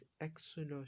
Exodus